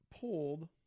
pulled